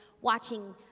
watching